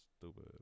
stupid